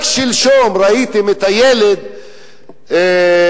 רק שלשום ראיתם את הילד האתיופי,